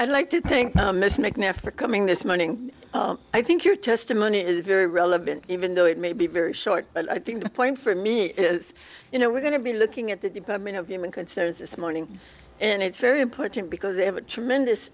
i like to think a mistake now for coming this morning i think your testimony is very relevant even though it may be very short but i think the point for me is you know we're going to be looking at the department of human concerns this morning and it's very important because they have a tremendous